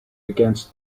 against